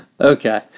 Okay